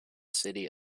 city